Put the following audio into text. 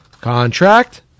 contract